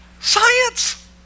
science